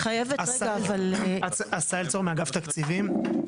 עשהאל צור מאגף התקציבים,